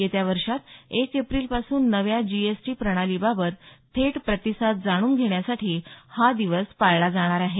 येत्या वर्षात एक एप्रिल पासून नव्या जी एस टी प्रणाली बाबत थेट प्रतिसाद जाणून घेण्यासाठी हा दिवस पाळला जाणार आहे